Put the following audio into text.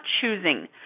choosing